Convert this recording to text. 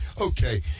Okay